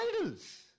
idols